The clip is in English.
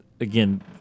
again